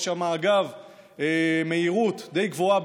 יש שם מהירות די גבוהה,